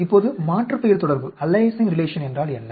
இப்போது மாற்றுப்பெயர் தொடர்பு என்றால் என்ன